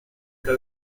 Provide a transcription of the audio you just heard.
era